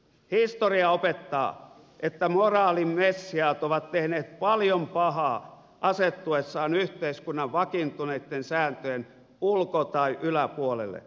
historia opettaa että moraalin messiaat ovat tehneet paljon pahaa asettuessaan yhteiskunnan vakiintuneitten sääntöjen ulko tai yläpuolelle